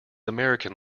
american